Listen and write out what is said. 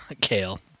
Kale